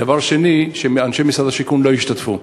דבר שני, שאנשי משרד השיכון לא השתתפו.